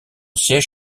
siège